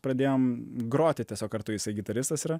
pradėjom groti tiesiog kartu jisai gitaristas yra